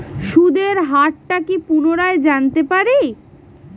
সুদের হার টা কি পুনরায় জানতে পারি?